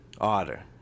Otter